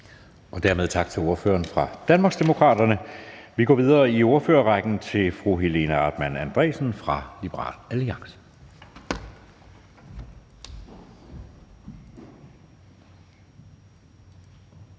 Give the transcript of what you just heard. Dermed tak til ordføreren for Danmarksdemokraterne. Vi går videre i ordførerrækken til fru Helena Artmann Andresen fra Liberal Alliance.